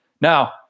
Now